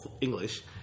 English